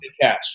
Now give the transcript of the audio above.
cash